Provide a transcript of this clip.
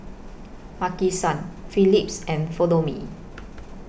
Maki San Phillips and Follow Me